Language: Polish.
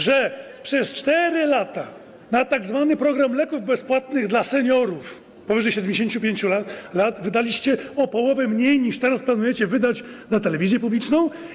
że przez 4 lata na tzw. program leków bezpłatnych dla seniorów, mających powyżej 75 lat, wydaliście o połowę mniej, niż teraz planujecie wydać na telewizję publiczną?